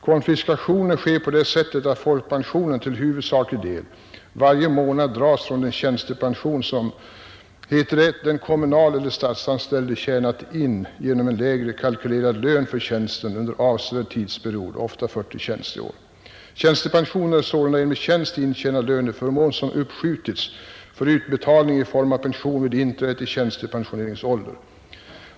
Konfiskationen sker på det sättet att folkpensionen — till huvudsaklig del — varje månad dras av från den tjänstepension som, heter det, den kommunaleller statsanställde tjänat in genom en lägre kalkylerad lön för tjänsten under en avsevärd tidsperiod, ofta 40 tjänsteår. Tjänstepensionen är sålunda en med tjänst intjänad löneförmån som uppskjutits för utbetalning i form av pension vid inträdet i tjänstpensioneringsålder.